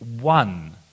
one